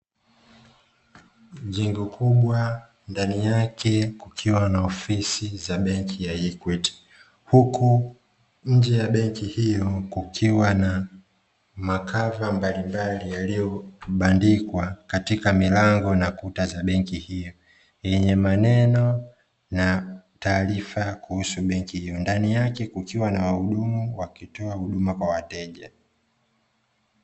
Jengo kubwa ndani yake kukiwa na ofisi za benki ya "EQUITY", huku nje ya benki hiyo kukiwa na makava mbalimbali yaliyobandikwa katika milango na kuta za benki hiyo, yenye maneno na taarifa kuhusu benki hiyo. Ndani yake kukiwa na wahudumu wakitoa huduma kwa wateja.